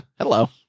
Hello